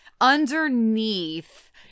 underneath